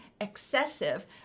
excessive